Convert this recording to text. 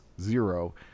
zero